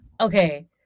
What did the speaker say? Okay